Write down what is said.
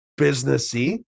businessy